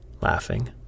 laughing